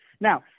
now